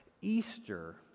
Easter